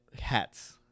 hats